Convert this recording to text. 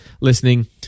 listening